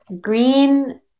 green